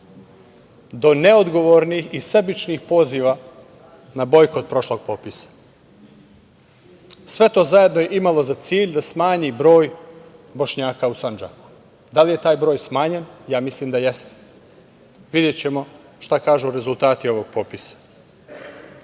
do neodgovornih i sebičnih poziva na bojkot prošlog popisa. Sve to zajedno imalo je za cilj da smanji broj Bošnjaka u Sandžaku. Da li je taj broj smanjen? Ja mislim da jeste, videćemo šta kažu rezultati ovog popisa. Naš